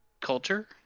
culture